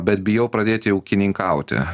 bet bijau pradėti ūkininkauti